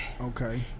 okay